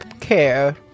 care